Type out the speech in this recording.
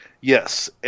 Yes